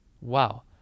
Wow